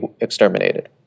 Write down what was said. exterminated